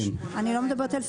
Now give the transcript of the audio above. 25. אני לא מדברת על סטודנטים.